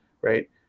right